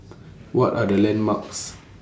What Are The landmarks